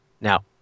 Now